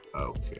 Okay